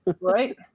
right